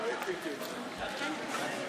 (חבר הכנסת דוד אמסלם יוצא מאולם המליאה.)